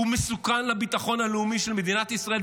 הוא מסוכן לביטחון הלאומי של מדינת ישראל.